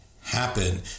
happen